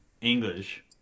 English